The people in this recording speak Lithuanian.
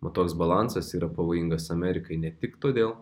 mat toks balansas yra pavojingas amerikai ne tik todėl